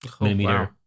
millimeter